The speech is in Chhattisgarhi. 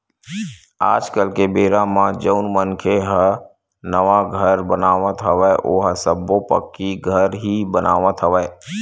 आज के बेरा म जउन मनखे मन ह नवा घर बनावत हवय ओहा सब्बो पक्की घर ही बनावत हवय